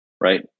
right